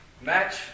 match